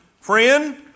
Friend